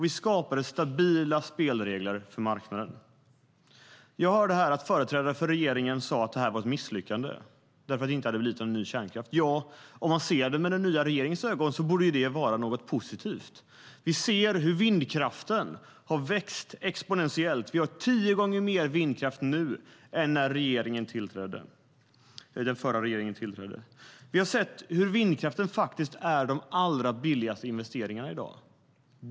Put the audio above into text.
Vi skapade stabila spelregler för marknaden. Jag hörde att företrädare för regeringen sa att det här var ett misslyckande därför att det inte hade blivit någon ny kärnkraft. Men om man ser det med den nya regeringens ögon borde ju det vara något positivt. Vindkraften har växt exponentiellt. Vi har tio gånger mer vindkraft än när den förra regeringen tillträdde. Vindkraften ger de allra billigaste investeringarna i dag.